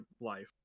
life